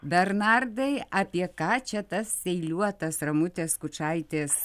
bernardai apie ką čia tas eiliuotas ramutės skučaitės